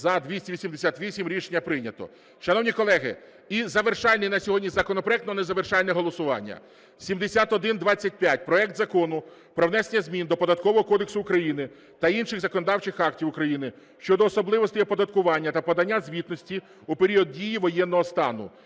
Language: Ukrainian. За-288 Рішення прийнято. Шановні колеги, і завершальний на сьогодні законопроект, но не завершальне голосування – 7125. Проект Закону про внесення змін до Податкового кодексу України та інших законодавчих актів України щодо особливостей оподаткування та подання звітності у період дії воєнного стану.